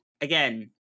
Again